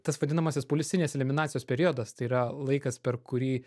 tas vadinamasis policinės eliminacijos periodas tai yra laikas per kurį